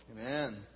Amen